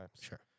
sure